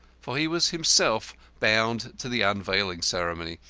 for he was himself bound to the unveiling ceremony,